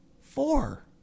Four